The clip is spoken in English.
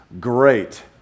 great